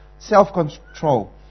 Self-control